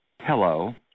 Hello